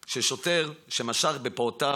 של שוטר שמשך בפאותיו